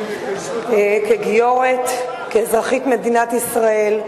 כגיורת, כאזרחית במדינת ישראל,